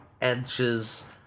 edges